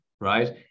right